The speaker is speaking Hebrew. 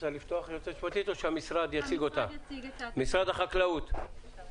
משרד החקלאות, בבקשה.